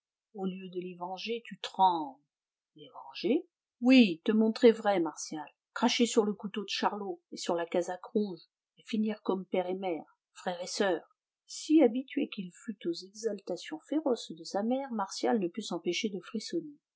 au lieu de les venger tu trembles les venger oui te montrer vrai martial cracher sur le couteau de charlot et sur la casaque rouge et finir comme père et mère frère et soeur si habitué qu'il fût aux exaltations féroces de sa mère martial ne put s'empêcher de frissonner